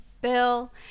Bill